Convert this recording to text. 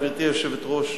גברתי היושבת-ראש,